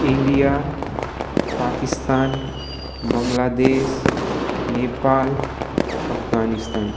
India Pakistan Bangladesh Nepal Afghanistan